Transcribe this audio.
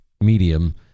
medium